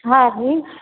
हा जी